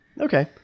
Okay